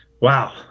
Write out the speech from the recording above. Wow